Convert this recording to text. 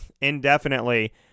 indefinitely